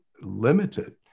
limited